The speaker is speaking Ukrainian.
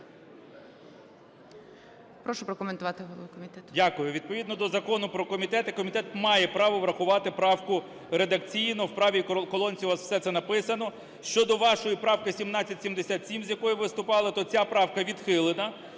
Прошу прокоментувати голову комітету.